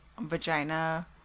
vagina